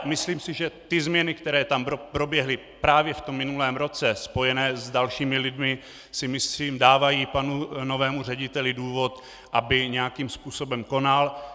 Myslím si ale, že změny, které tam proběhly právě v minulém roce, spojené s dalšími lidmi, dávají panu novému řediteli důvod, aby nějakým způsobem konal.